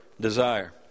desire